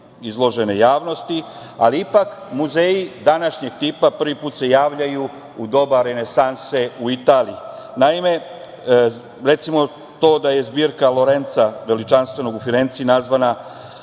izložene javnosti. Ali ipak muzeji današnjeg tipa prvi put se javljaju u doba renesanse, u Italiji. Recimo to da je Zbirka Lorenca Veličanstvenog u Firenci nazvana